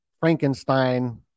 Frankenstein